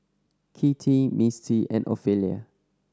Kitty Mistie and Ophelia